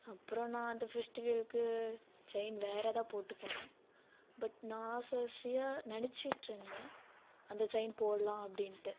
அப்புறம் நான் அந்த ஃபெஸ்டிவெலுக்கு செயின் வேறதான் போட்டுப் போனேன் பட் நான் ஆசை ஆசையாக நெனைச்சிட்டு இருந்தேன் அந்த செயின் போடலாம் அப்படின்ட்டு